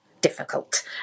difficult